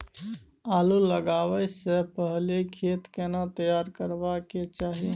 आलू लगाबै स पहिले खेत केना तैयार करबा के चाहय?